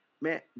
man